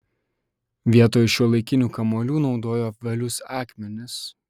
vietoj šiuolaikinių kamuolių naudojo apvalius akmenis